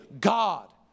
God